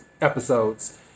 episodes